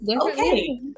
Okay